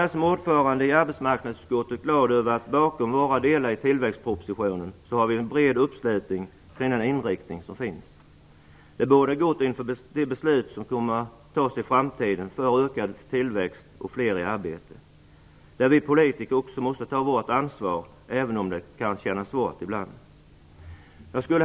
Jag är som ordförande i arbetsmarknadsutskottet glad över att vi bakom våra delar i tillväxtpropositionen har en bred uppslutning kring den inriktning som finns. Det bådar gott inför det beslut som kommer att fattas i framtiden för att få ökad tillväxt och fler i arbete. Där måste också vi politiker ta vårt ansvar, även som det kan kännas svårt ibland. Herr talman!